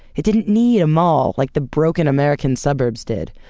it didn't need a mall like the broken american suburbs did.